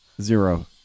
Zero